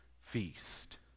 feast